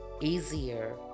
easier